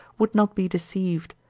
would not be deceived,